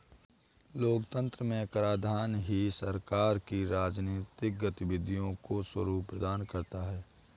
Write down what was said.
लोकतंत्र में कराधान ही सरकार की राजनीतिक गतिविधियों को स्वरूप प्रदान करता है